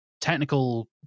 technical